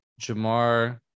Jamar